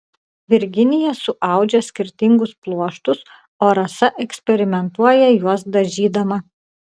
virginija suaudžia skirtingus pluoštus o rasa eksperimentuoja juos dažydama